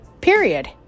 Period